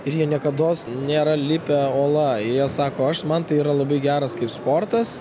ir jie niekados nėra lipę uola jie sako aš man tai yra labai geras kaip sportas